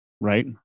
right